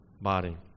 body